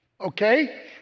okay